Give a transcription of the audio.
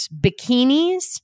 bikinis